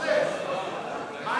סעיף 12, כהצעת הוועדה, נתקבל.